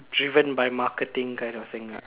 driven by marketing kind of thing lah